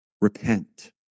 repent